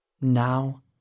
now